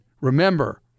Remember